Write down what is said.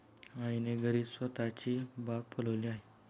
आईने घरीच स्वतःची बाग फुलवली आहे